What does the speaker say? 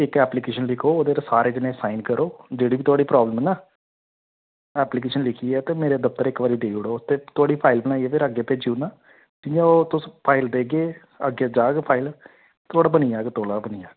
इक ऐपलीकेशन लिक्खो ओहदे उपर सारे जने साइन करो जेहडी बी थुआढ़ी प्राव्लम ना ऐपलीकेशन लिक्खियै ते मेरे दफतर इक बारी देई ओड़ो ते थुआढ़ी जेहडी एपलीकेशन ऐ में फिर अग्गै भेजी ओड़ना जियां ओह् तुस फाइल देगे अग्गै जाह्ग फाइल तौला गै बनी जाह्ग पुल